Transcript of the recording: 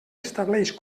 estableix